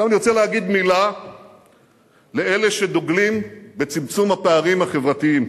עכשיו אני רוצה להגיד מלה לאלה שדוגלים בצמצום הפערים החברתיים.